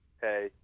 Hey